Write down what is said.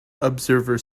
observer